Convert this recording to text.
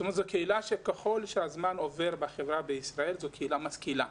ככל שהזמן עובר בחברה בישראל, הקהילה יותר משכילה.